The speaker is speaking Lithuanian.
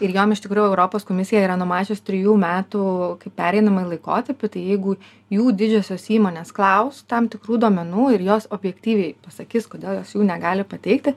ir jom iš tikrųjų europos komisija yra numačius trijų metų kaip pereinamąjį laikotarpį tai jeigu jų didžiosios įmonės klaus tam tikrų duomenų ir jos objektyviai pasakys kodėl jų negali pateikti